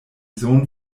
sohn